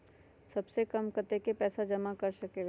सबसे कम कतेक पैसा जमा कर सकेल?